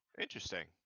Interesting